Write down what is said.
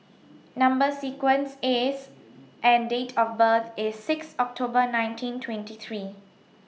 Number sequence IS and Date of birth IS six October nineteen twenty three